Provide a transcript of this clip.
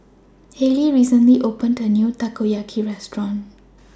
Hailie recently opened A New Takoyaki Restaurant